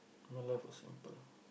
my life was simple